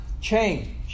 change